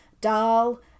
Dahl